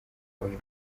uyu